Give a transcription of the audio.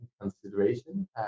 consideration